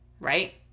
right